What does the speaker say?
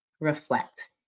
reflect